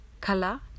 color